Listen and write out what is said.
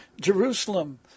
Jerusalem